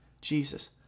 Jesus